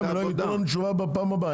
ייתנו תשובה בפעם הבאה.